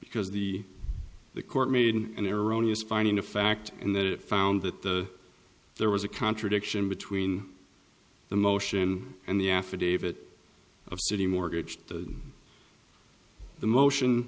because the the court made in an erroneous finding of fact and that it found that the there was a contradiction between the motion and the affidavit of citi mortgage to the motion